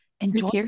Enjoy